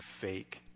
fake